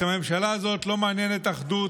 את הממשלה הזאת לא מעניינת אחדות,